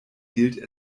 gilt